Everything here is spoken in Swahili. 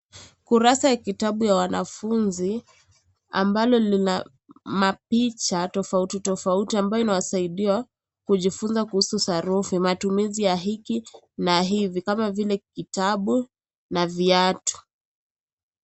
Kurasa ya kitabu ya wanafunzi ambalo lina mapicha tofauti tofauti ambayo inawasaidia kujifunza kuhusu sarufi. Matumizi ya hiki na hivi kama vile kitabu na viatu.